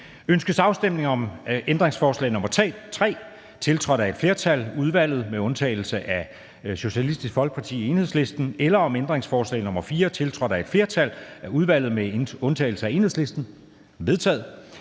Ønskes afstemning om ændringsforslag nr. 3, tiltrådt af et flertal (udvalget med undtagelse af SF og EL), eller om ændringsforslag nr. 4, tiltrådt af et flertal (udvalget med undtagelse af EL)? De er vedtaget.